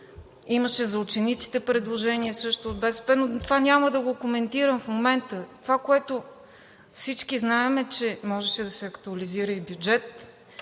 имаше за учениците предложение също от БСП, но това няма да го коментирам в момента. Това, което всички знаем, е, че можеше да се актуализира и бюджет,